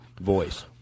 voice